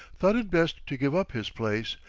thought it best to give up his place,